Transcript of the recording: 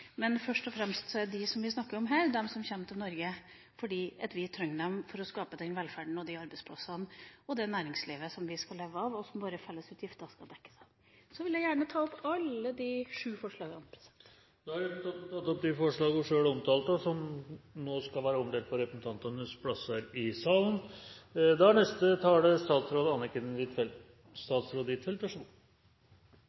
men først og fremst er de vi snakker om her, de som kommer til Norge fordi vi trenger dem for å skape den velferden, de arbeidsplassene og det næringslivet som vi skal leve av, og som våre fellesutgifter skal dekkes av. Jeg vil gjerne ta opp alle de sju forslagene. Representanten Trine Skei Grande har tatt opp de forslagene hun refererte til, og som nå skal være omdelt på representantenes plasser i salen.